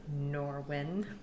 Norwin